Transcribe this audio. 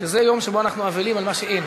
שזה יום שבו אנחנו אבלים על מה שאין.